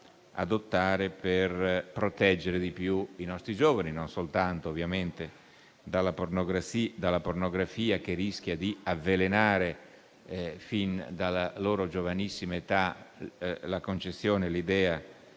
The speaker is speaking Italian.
adottare per proteggere di più i nostri giovani: non soltanto, ovviamente, dalla pornografia - che rischia di avvelenare fin dalla giovanissima età la concezione e l'idea